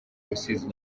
rusizi